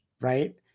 right